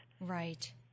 Right